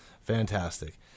fantastic